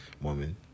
woman